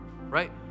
Right